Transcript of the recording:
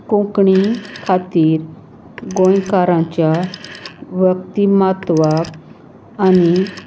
कोंकणी खातीर गोंयकाराच्या व्यक्तीमत्वाक आनी